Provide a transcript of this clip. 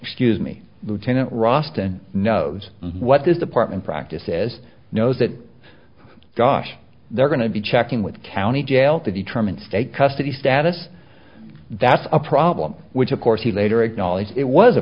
excuse me lieutenant roston knows what this department practice says knows that gosh they're going to be checking with county jail to determine state custody status that's a problem which of course he later acknowledged it was a